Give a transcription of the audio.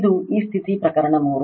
ಇದು ಈ ರೀತಿ ಪ್ರಕರಣ 3